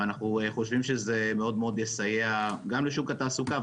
ואנחנו חושבים שזה מאוד יסייע גם לשוק התעסוקה,